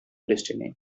destiny